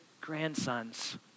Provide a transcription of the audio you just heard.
grandsons